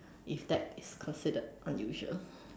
if that is considered unusual